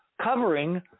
covering